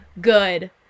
good